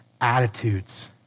attitudes